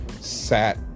sat